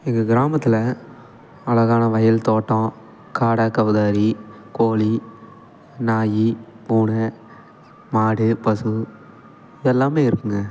எங்கள் கிராமத்தில் அழகான வயல் தோட்டம் காடை கௌதாரி கோழி நாய் பூனை மாடு பசு எல்லாம் இருக்குதுங்க